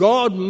God